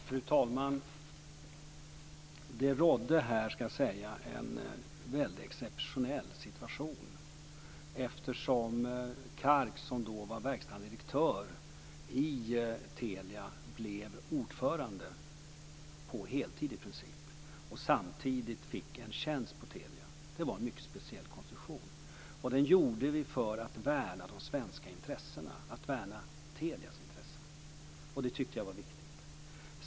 Fru talman! Det rådde en exceptionell situation eftersom Kark, som då var verkställande direktör i Telia, i princip blev ordförande på heltid. Samtidigt fick han en tjänst på Telia. Det var en mycket speciell konstruktion, och vi gjorde den för att värna de svenska intressena - för att värna Telias intressen. Det tyckte jag var viktigt.